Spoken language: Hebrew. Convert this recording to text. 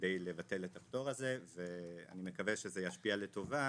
כדי לבטל את הפטור הזה ואני מקווה שזה ישפיע לטובה.